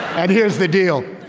and here's the deal,